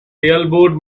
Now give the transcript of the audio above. elbowed